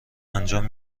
انجام